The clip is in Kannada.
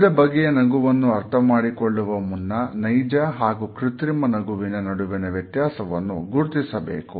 ವಿವಿಧ ಬಗೆಯ ನಗುವನ್ನು ಅರ್ಥ ಮಾಡಿಕೊಳ್ಳುವ ಮುನ್ನ ನೈಜ ಹಾಗೂ ಕೃತ್ರಿಮ ನಗುವಿನ ನಡುವಿನ ವ್ಯತ್ಯಾಸವನ್ನು ಗುರುತಿಸಬೇಕು